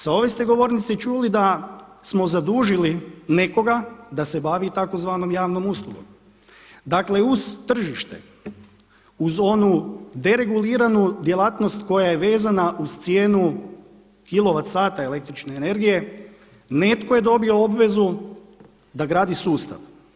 Sa ove ste govornice čuli da smo zadužili nekoga da se bavi tzv. javnom uslugom, dakle uz tržište, uz onu dereguliranu djelatnost koja je vezana uz cijenu kilovat sata električne energije, netko je dobio obvezu da gradi sustav.